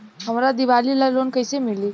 हमरा दीवाली वाला लोन कईसे मिली?